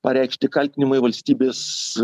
pareikšti kaltinimai valstybės